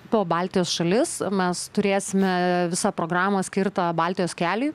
po baltijos šalis mes turėsime visą programą skirtą baltijos keliui